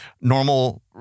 normal